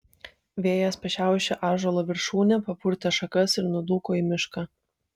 vėjas pašiaušė ąžuolo viršūnę papurtė šakas ir nudūko į mišką